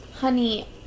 Honey